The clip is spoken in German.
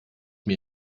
mir